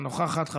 אינה נוכחת.